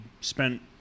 spent